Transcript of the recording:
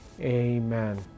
Amen